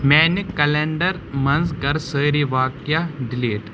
میٚانہِ calendar منٛز کر سٲری واقیا ڈِلیٖٹ